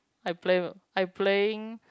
I play I playing